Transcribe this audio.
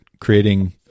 creating